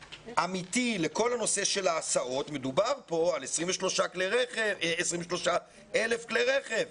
אמיתי לכל הנושא של ההסעות מדובר כאן על 23,000 כלי רכב,